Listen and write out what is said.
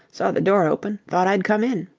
saw the door open. thought i'd come in.